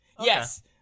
Yes